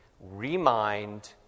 remind